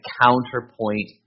counterpoint